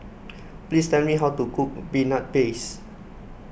please tell me how to cook Peanut Paste